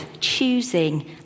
choosing